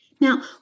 Now